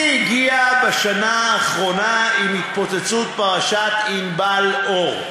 השיא הגיע בשנה האחרונה עם התפוצצות פרשת ענבל אור,